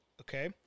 Okay